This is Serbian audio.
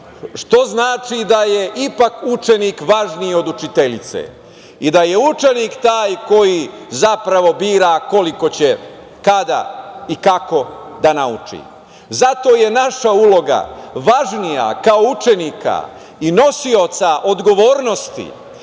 što znači da je ipak učenik važniji od učiteljice i da je učenik taj koji zapravo bira koliko će, kada i kako da nauči. Zato je naša uloga važnija kao učenika i nosioca odgovornosti